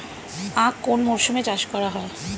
আখ কোন মরশুমে চাষ করা হয়?